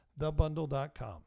thebundle.com